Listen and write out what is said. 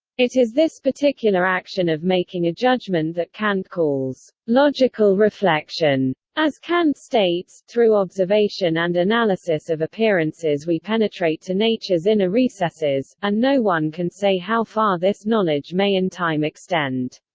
it is this particular action of making a judgement that kant calls logical reflection. as kant states through observation and analysis of appearances we penetrate to nature's inner ah recesses, and no one can say how far this knowledge may in time extend.